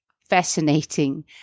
fascinating